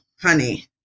honey